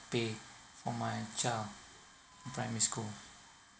pay for my child in primary school